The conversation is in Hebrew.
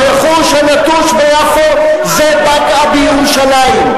הרכוש הנטוש ביפו זה בקעה בירושלים.